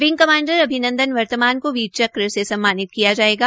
wing commander Abhinandan Varthaman को वीर चक्र से सम्मानित किया जायेगा